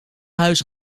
huis